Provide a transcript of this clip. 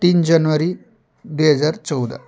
तिन जनवरी दुई हजार चौध